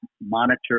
monitor